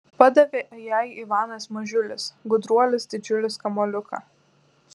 padavė jai ivanas mažiulis gudruolis didžiulis kamuoliuką